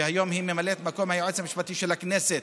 שהיום היא ממלאת מקום היועץ המשפטי של הכנסת,